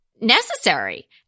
necessary